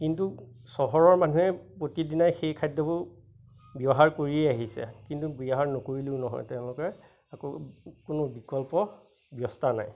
কিন্তু চহৰৰ মানুহে প্ৰতিদিনাই সেই খাদ্যবোৰ ব্যৱহাৰ কৰিয়েই আহিছে কিন্তু ব্যৱহাৰ নকৰিলেও নহয় তেওঁলোকে আকৌ কোনো বিকল্প ব্যৱস্থা নাই